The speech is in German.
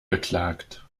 beklagt